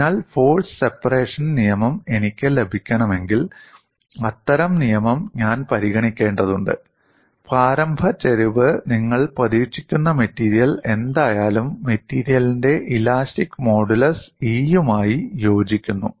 അതിനാൽ force separation നിയമം എനിക്ക് ലഭിക്കണമെങ്കിൽ അത്തരം നിയമം ഞാൻ പരിഗണിക്കേണ്ടതുണ്ട് പ്രാരംഭ ചരിവ് നിങ്ങൾ പ്രതീക്ഷിക്കുന്ന മെറ്റീരിയൽ എന്തായാലും മെറ്റീരിയലിന്റെ ഇലാസ്റ്റിക് മോഡുലസ് E യുമായി യോജിക്കുന്നു